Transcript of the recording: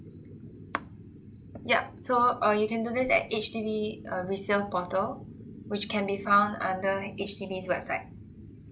yeah so or you can do this at H_D_B uh resale portal which can be found under H_D_B's webiste yeah